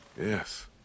Yes